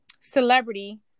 celebrity